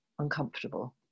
uncomfortable